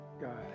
God